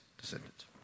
descendants